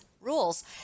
rules